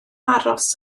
aros